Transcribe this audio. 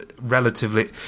relatively